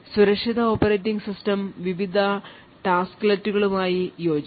സുരക്ഷിത operating system വിവിധ ടാസ്ക്ലെറ്റുകളുമായി യോജിക്കും